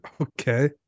Okay